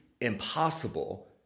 impossible